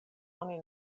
oni